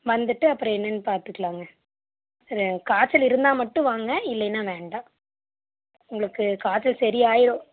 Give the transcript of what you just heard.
வந்துட்டு அப்புறம் என்னன்னு பார்த்துக்குலாங்க நீங்கள் காய்ச்சல் இருந்தால் மட்டும் வாங்க இல்லையின்னா வேண்டாம் உங்களுக்கு காய்ச்சல் சரியாகிடும்